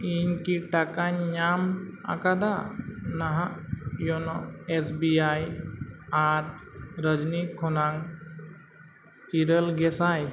ᱤᱧ ᱠᱤ ᱴᱟᱠᱟᱧ ᱧᱟᱢ ᱟᱠᱟᱫᱟ ᱱᱟᱦᱟᱸᱜ ᱭᱳᱱᱳ ᱮᱥ ᱵᱤ ᱟᱭ ᱟᱨ ᱨᱚᱡᱽᱱᱤ ᱠᱷᱚᱱᱟᱜ ᱤᱨᱟᱹᱞ ᱜᱮᱥᱟᱭ